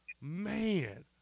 man